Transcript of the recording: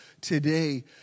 today